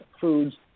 foods